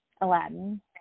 Aladdin